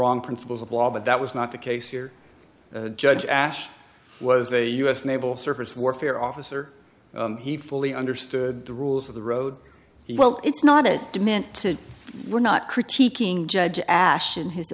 wrong principles of law but that was not the case here judge ash was a us naval surface warfare officer he fully understood the rules of the road well it's not as demented we're not critiquing judge asked in his